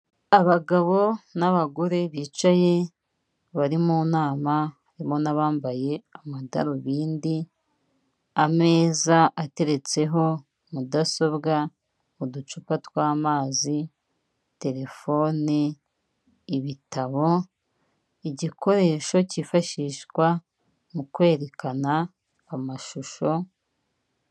Abagabo n'abagore bicaye bari mu nama harimo n'abambaye amadarubindi, ameza ateretseho mudasobwa n'uducupa tw'amazi telefone ibitabo, igikoresho cyifashishwa mu kwerekana amashusho.